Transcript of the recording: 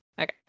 Okay